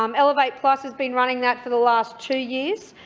um elevate plus has been running that for the last two years,